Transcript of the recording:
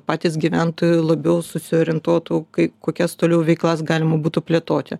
patys gyventojai labiau susiorientuotų kai kokias toliau veiklas galima būtų plėtoti